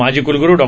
माजी कुलगुरू डॉ